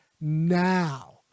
now